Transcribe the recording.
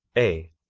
a.